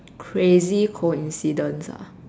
crazy coincidence ah